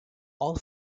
all